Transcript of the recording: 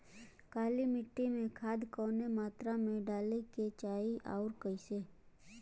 काली मिट्टी में खाद कवने मात्रा में डाले के चाही अउर कइसे?